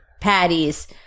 patties